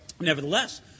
Nevertheless